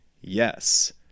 yes